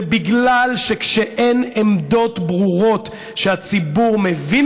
זה בגלל שכשאין עמדות ברורות שהציבור מבין